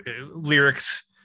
Lyrics